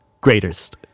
greatest